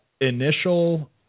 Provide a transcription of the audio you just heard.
initial